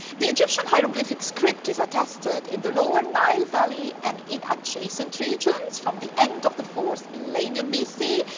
the egyptian hieroglyphic script is attested in the lower nile valley and in adjacent regions from the end of the fourth millennium b c.